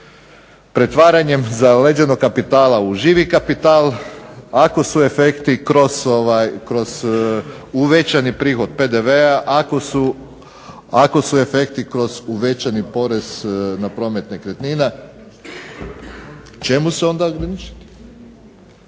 pretvaranjem zaleđenog kapitala u živi kapital, ako su efekti kroz uvećani prihod PDV-a, ako su efekti kroz uvećani porez na promet nekretnina? Čemu se onda ograničiti?